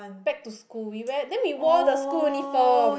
back to school we wear then we wore the school uniform